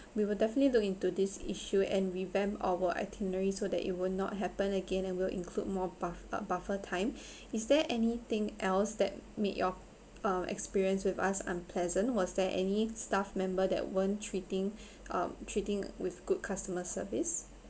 we will definitely look into this issue and revamp our itinerary so that it will not happen again and will include more buff~ uh buffer time is there anything else that meet your uh experience with us unpleasant was there any staff member that weren't treating um treating with good customer service